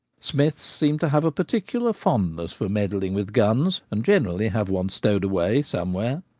smiths seem to have a particular fondness for med dling with guns, and generally have one stowed away somewhere.